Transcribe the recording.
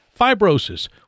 fibrosis